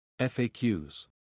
FAQs